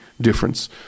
difference